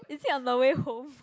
is it on the way home